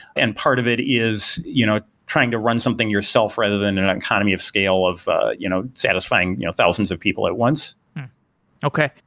and part of it is you know trying to run something yourself rather than an economy of scale of ah you know satisfying you know thousands of people at once okay.